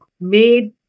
made